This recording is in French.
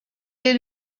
est